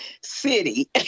city